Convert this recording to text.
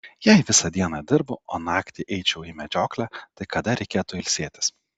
jei visą dieną dirbu o naktį eičiau į medžioklę tai kada reikėtų ilsėtis